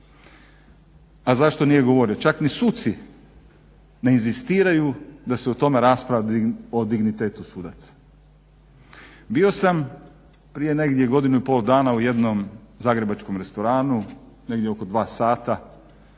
A zašto nije govorio? Čak ni suci ne inzistiraju da se o tome raspravi o dignitetu sudaca. Bio sam prije negdje godinu i pol dana u jednom zagrebačkom restoranu negdje oko 14 sati